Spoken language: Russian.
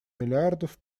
миллиардов